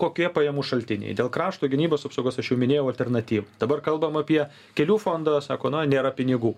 kokie pajamų šaltiniai dėl krašto gynybos apsaugos aš jau minėjau alternatyvą dabar kalbam apie kelių fondą sako na nėra pinigų